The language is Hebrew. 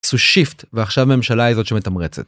עשו שיפט ועכשיו הממשלה היא זאת שמתמרצת.